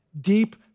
deep